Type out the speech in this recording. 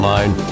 Line